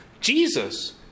Jesus